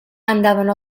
andavano